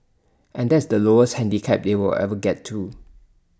and that's the lowest handicap they'll ever get to